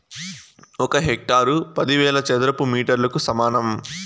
ఒక హెక్టారు పదివేల చదరపు మీటర్లకు సమానం